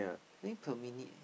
nine per minute eh